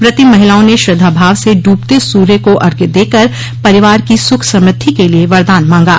व्रती महिलाओं ने श्रद्धा भाव से ड्रबते सूर्य को अर्घ्य देकर परिवार की सुख समृद्धि के लिए वरदान मांगा